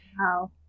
Wow